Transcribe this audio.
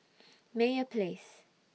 Meyer Place